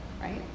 right